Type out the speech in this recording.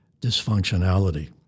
dysfunctionality